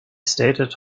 stated